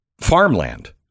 farmland